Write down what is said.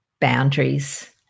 boundaries